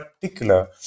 particular